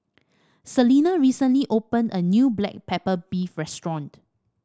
Celina recently opened a new Black Pepper Beef restaurant